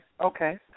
Okay